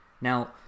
Now